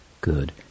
good